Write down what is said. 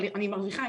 אבל אני מרוויחה,